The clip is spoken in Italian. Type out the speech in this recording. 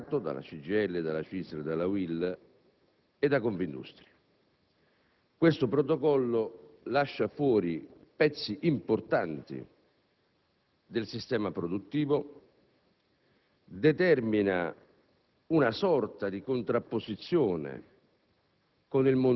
questo è un Protocollo sottoscritto dal sindacato, dalla CGIL, dalla CISL, dalla UIL e da Confindustria; questo Protocollo lascia fuori pezzi importanti del sistema produttivo,